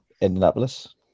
Indianapolis